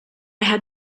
had